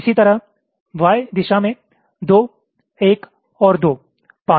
इसी तरह Y दिशा में 2 1 और 2 5